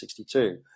1962